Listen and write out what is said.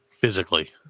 Physically